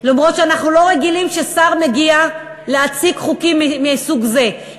אף שאנחנו לא רגילים ששר מגיע להציג חוקים מסוג זה,